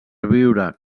viure